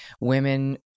women